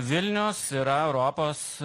vilnius yra europos